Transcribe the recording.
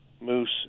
moose